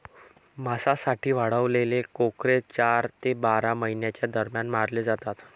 मांसासाठी वाढवलेले कोकरे चार ते बारा महिन्यांच्या दरम्यान मारले जातात